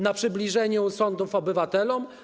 Na przybliżeniu sądów obywatelom?